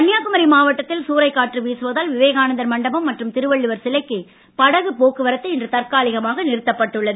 கன்னியாகுமரி மாவட்டத்தில் சூறைக் காற்று வீசுவதால் விவேகானந்தர் மண்டபம் மற்றும் திருவள்ளுவர் சிலைக்கு படகு போக்குவரத்து இன்று தற்காலிகமாக நிறுத்தப்பட்டுள்ளது